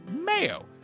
mayo